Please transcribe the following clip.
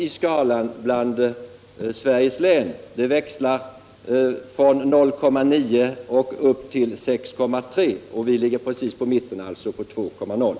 Den siffran växlar för Sveriges län från 0,9 och upp till 6,3, och vi ligger precis i mitten, på 2,0.